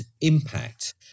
impact